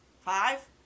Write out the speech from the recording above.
Five